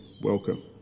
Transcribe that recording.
Welcome